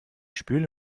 spüle